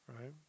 Right